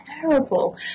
terrible